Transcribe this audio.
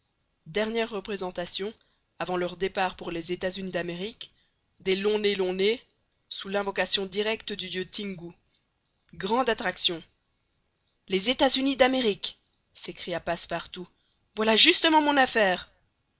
dernières représentations avant leur départ pour les états-unis d'amérique des longs nez longs nez sous l'invocation directe du dieu tingou grande attraction les états-unis d'amérique s'écria passepartout voilà justement mon affaire